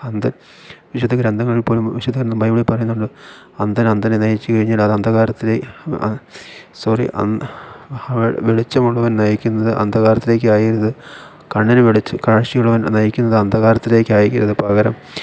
വിശുദ്ധ ഗ്രന്ഥങ്ങളിൽപ്പോലും വിശുദ്ധ ബൈബിളിൽ പറയുന്നുണ്ട് അന്ധൻ അന്ധനെ നയിച്ചുകഴിഞ്ഞാൽ അത് അന്ധകാരത്തിലെ സോറി വെളിച്ചം മുഴുവൻ നയിക്കുന്നത് അന്ധകാരത്തിലേക്കായിരിക്കരുത് കണ്ണിന് കാഴ്ചയുള്ളവൻ നയിക്കുന്നത് അന്ധകാരത്തിലേക്കായിരിക്കരുത് പകരം